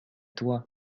toi